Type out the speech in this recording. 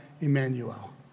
Emmanuel